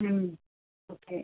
okay